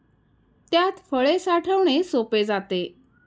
त्यात फळे साठवणे सोपे जाते